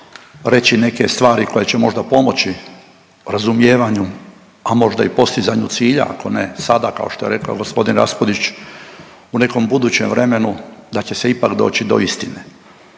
reći neke stvari koje će možda pomoći razumijevanju, a možda i postizanju cilja ako ne sada kao što je rekao gospodin Raspudić u nekom budućem vremenu da će se ipak doći do istine.